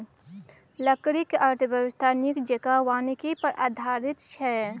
लकड़ीक अर्थव्यवस्था नीक जेंका वानिकी पर आधारित छै